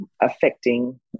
affecting